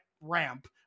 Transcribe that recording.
ramp